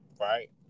Right